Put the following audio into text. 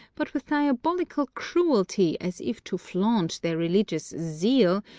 but with diabolical cruelty, as if to flaunt their religious zeal,